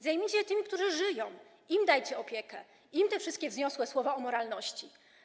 Zajmijcie się tymi, którzy żyją, im dajcie opiekę, im mówcie te wszystkie wzniosłe słowa o moralności.